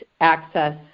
access